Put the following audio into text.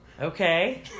Okay